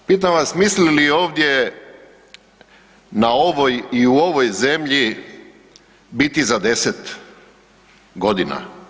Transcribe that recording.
Pitam vas misli li ovdje na ovoj i u ovoj zemlji biti za 10 godina?